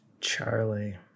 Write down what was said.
Charlie